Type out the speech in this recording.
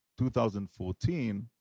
2014